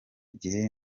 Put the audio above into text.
gihe